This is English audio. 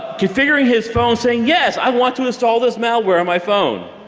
configuring his phone saying, yes, i want to install this malware on my phone.